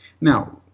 Now